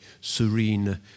serene